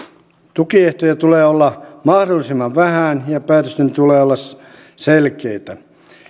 tukiehtoja tulee olla mahdollisimman vähän ja päätösten tulee olla selkeitä